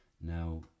now